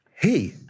Hey